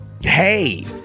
hey